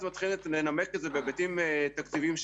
מתחילים לנמק את זה בהיבטים תקציביים,